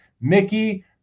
Mickey